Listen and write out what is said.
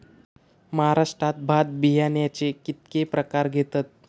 महाराष्ट्रात भात बियाण्याचे कीतके प्रकार घेतत?